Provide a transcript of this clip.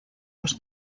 los